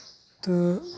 تہٕ